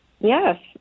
Yes